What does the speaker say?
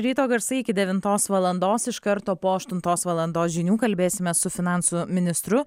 ryto garsai iki devintos valandos iš karto po aštuntos valandos žinių kalbėsime su finansų ministru